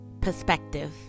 perspective